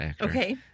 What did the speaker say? okay